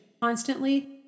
Constantly